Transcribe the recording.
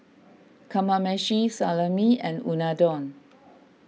Kamameshi Salami and Unadon